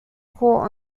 court